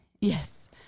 Yes